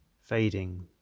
fading